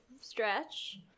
stretch